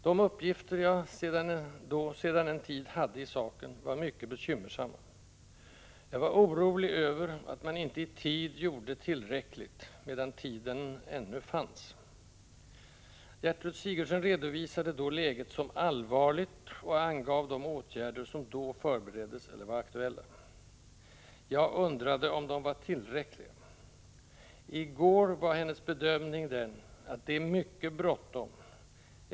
De uppgifter jag då sedan en tid hade i saken var mycket bekymmersamma. Jag var orolig över att man inte i tid gjorde tillräckligt, medan tid ännu fanns. Gertrud Sigurdsen redovisade läget som ”allvarligt” och angav de åtgärder som då förbereddes eller var aktuella. Jag undrade om de var tillräckliga. I går var hennes bedömning: ”Det är mycket bråttom.